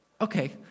okay